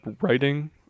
writing